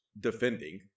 defending